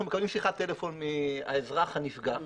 אנחנו מקבלים שיחת טלפון מהאזרח הנפגע,